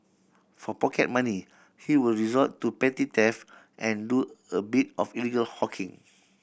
for pocket money he would resort to petty theft and do a bit of illegal hawking